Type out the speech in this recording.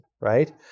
right